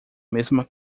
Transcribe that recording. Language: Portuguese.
mesma